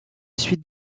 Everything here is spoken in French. suite